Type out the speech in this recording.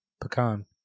Pecan